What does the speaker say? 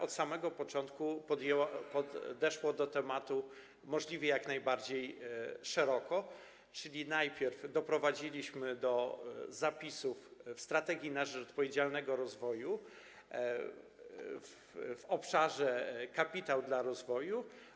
Od samego początku podeszło do tematu możliwie jak najbardziej szeroko, czyli najpierw doprowadziliśmy do zapisów w „Strategii na rzecz odpowiedzialnego rozwoju” w obszarze: kapitał dla rozwoju.